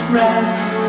rest